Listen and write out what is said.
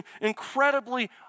incredibly